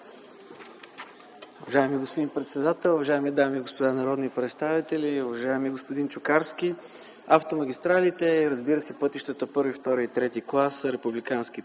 Уважаеми господин председател, уважаеми дами и господа народни представители! Уважаеми господин Чукарски, автомагистралите и пътищата първи, втори и трети клас са републикански